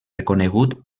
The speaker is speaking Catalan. reconegut